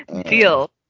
Deal